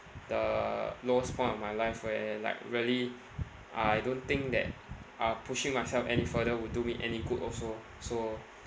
the lowest point of my life where like really I don't think that uh pushing myself any further would do me any good also so